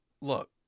look